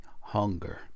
hunger